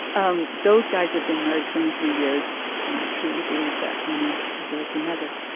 um those guys have been married twenty three years and i truly believe that annie deserves a medal.